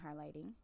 highlighting